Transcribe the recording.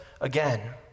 again